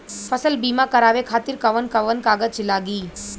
फसल बीमा करावे खातिर कवन कवन कागज लगी?